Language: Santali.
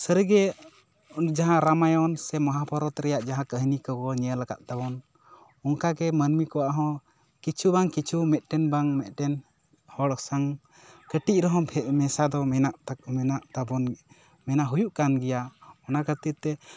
ᱥᱟᱹᱨᱤᱜᱮ ᱡᱟᱦᱟᱸ ᱨᱟᱢᱟᱭᱚᱱ ᱥᱮ ᱢᱚᱦᱟᱵᱷᱟᱨᱚᱛ ᱨᱮᱭᱟᱜ ᱡᱟᱦᱟᱸ ᱠᱟᱹᱦᱱᱤ ᱠᱚᱵᱚᱱ ᱧᱮᱞ ᱠᱟᱫ ᱛᱟᱵᱚᱱ ᱚᱝᱠᱟᱜᱮ ᱢᱟᱹᱱᱢᱤ ᱠᱚᱣᱟᱜ ᱦᱚᱸ ᱠᱤᱪᱷᱩ ᱵᱟᱝ ᱠᱤᱪᱷᱩ ᱢᱮᱜᱴᱮᱱ ᱵᱟᱝ ᱢᱤᱫᱴᱮᱱ ᱦᱚᱲ ᱥᱟᱝ ᱠᱟᱹᱴᱤᱡ ᱨᱮᱦᱚᱸ ᱵᱷᱮ ᱢᱮᱥᱟ ᱫᱚ ᱢᱮᱱᱟᱜ ᱛᱟᱠ ᱢᱮᱱᱟᱜ ᱛᱟᱵᱚᱱ ᱜᱮᱭᱟ ᱢᱮᱱᱟᱜ ᱦᱩᱭᱩᱜ ᱠᱟᱱ ᱜᱮᱭᱟ ᱚᱱᱟ ᱠᱷᱟᱹᱛᱤᱨ ᱛᱮ